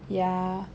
yeah